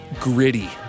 gritty